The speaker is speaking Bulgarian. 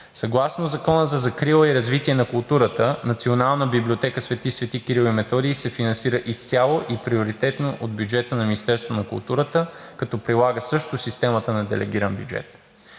Съгласно Закона за закрила и развитие на културата Националната библиотека „Св. св. Кирил и Методий“ се финансира изцяло и приоритетно от бюджета на Министерството на културата, като прилага също системата на делегиран бюджет.